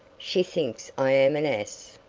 she thinks i'm an ass.